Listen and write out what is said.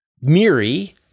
Miri